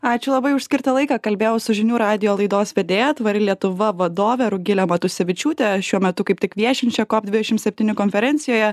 ačiū labai už skirtą laiką kalbėjau su žinių radijo laidos vedėja tvari lietuva vadove rugile matusevičiūte šiuo metu kaip tik viešinčia dvidešim septyni konferencijoje